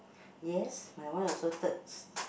yes my one also thirds